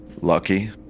Lucky